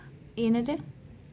என்னது:ennathu